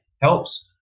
helps